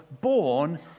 born